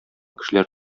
кешеләр